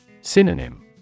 Synonym